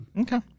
Okay